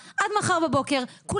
רגע, אני רוצה לדעת.